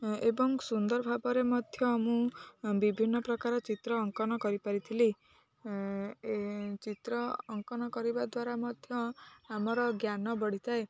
ଏବଂ ସୁନ୍ଦର ଭାବରେ ମଧ୍ୟ ମୁଁ ବିଭିନ୍ନ ପ୍ରକାର ଚିତ୍ର ଅଙ୍କନ କରି ପାରିଥିଲି ଚିତ୍ର ଅଙ୍କନ କରିବା ଦ୍ୱାରା ମଧ୍ୟ ଆମର ଜ୍ଞାନ ବଢ଼ିଥାଏ